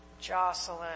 Jocelyn